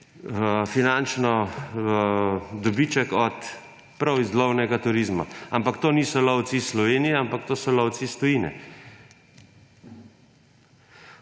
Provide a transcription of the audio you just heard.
finančni dobiček prav iz lovnega turizma. Ampak to niso lovci iz Slovenije, to so lovci iz tujine.